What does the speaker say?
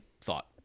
thought